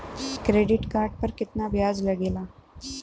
Credit card पर कितना ब्याज लगेला?